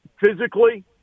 physically